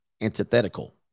Antithetical